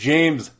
James